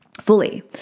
Fully